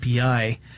API